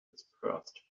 dispersed